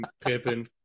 Pippin